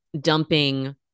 dumping